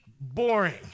boring